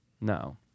no